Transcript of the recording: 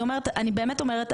אני באמת אומרת,